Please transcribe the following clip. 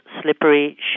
slippery